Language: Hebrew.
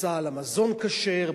בצה"ל המזון כשר,